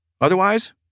Otherwise